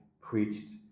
preached